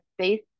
space